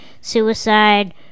suicide